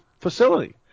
facility